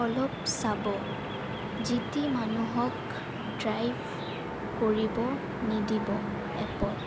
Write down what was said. অলপ চাব যিতি মানুহক ড্ৰাইভ কৰিব নিদিব এপত